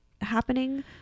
happening